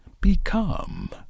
become